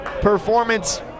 performance